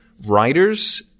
writers